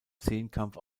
zehnkampf